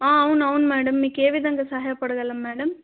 అవునవును మేడం మీకేవిధంగా సహాయపడగలము మేడం